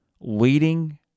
leading